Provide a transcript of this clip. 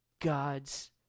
God's